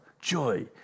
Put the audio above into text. joy